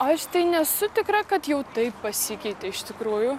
aš nesu tikra kad jau taip pasikeitė iš tikrųjų